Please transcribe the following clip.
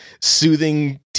soothing